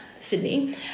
Sydney